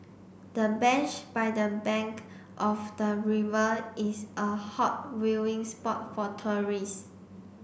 the bench by the bank of the river is a hot viewing spot for tourist